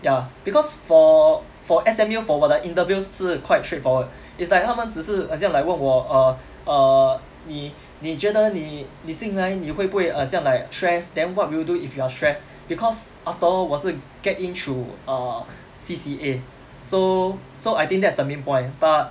ya because for for S_M_U for 我的 interview 是 quite straightforward it's like 他们只是好像 like 问我 err err 你你觉得你你进来你会不会很像 like stress then what would you do if you are stressed because after all 我是 get in through err C_C_A so so I think that's the main point but